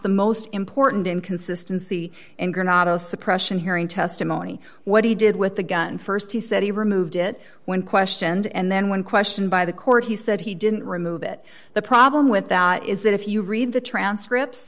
the most important inconsistency in granada the suppression hearing testimony what he did with the gun st he said he removed it when questioned and then when questioned by the court he said he didn't remove it the problem with that is that if you read the transcript